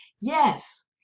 Yes